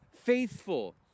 faithful